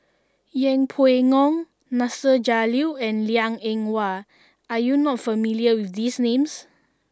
Yeng Pway Ngon Nasir Jalil and Liang Eng Hwa are you not familiar with these names